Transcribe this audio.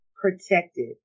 protected